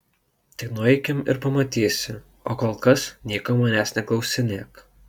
tik nueikim ir pamatysi o kol kas nieko manęs neklausinėk